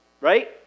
Right